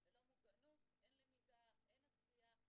ללא מוגנות אין למידה, אין עשייה.